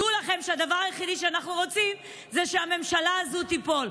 דעו לכם שהדבר היחיד שאנחנו רוצים זה שהממשלה הזאת תיפול,